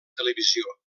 televisió